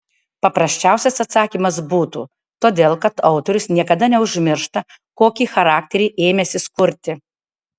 paprasčiausias atsakymas būtų todėl kad autorius niekada neužmiršta kokį charakterį ėmęsis kurti